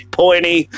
pointy